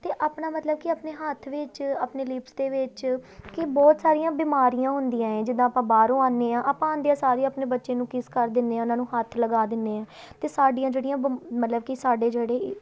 ਅਤੇ ਆਪਣਾ ਮਤਲਬ ਕਿ ਆਪਣੇ ਹੱਥ ਵਿੱਚ ਆਪਣੇ ਲਿਪਸ ਦੇ ਵਿੱਚ ਕਿ ਬਹੁਤ ਸਾਰੀਆਂ ਬਿਮਾਰੀਆਂ ਹੁੰਦੀਆਂ ਹੈ ਜਿੱਦਾਂ ਆਪਾਂ ਬਾਹਰੋਂ ਆਉਂਦੇ ਹਾਂ ਆਪਾਂ ਆਉਂਦਿਆ ਸਾਰ ਹੀ ਆਪਣੇ ਬੱਚੇ ਨੂੰ ਕਿਸ ਕਰ ਦਿੰਦੇ ਹਾਂ ਉਹਨਾਂ ਨੂੰ ਹੱਥ ਲਗਾ ਦਿੰਦੇ ਹਾਂ ਅਤੇ ਸਾਡੀਆਂ ਜਿਹੜੀਆਂ ਬਿਮ ਮਤਲਬ ਕਿ ਸਾਡੇ ਜਿਹੜੇ